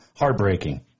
Heartbreaking